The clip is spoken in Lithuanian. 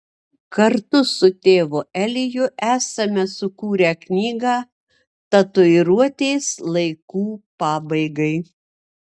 kartu su tėvu eliju esame sukūrę knygą tatuiruotės laikų pabaigai